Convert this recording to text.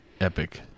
epic